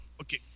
okay